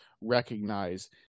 recognize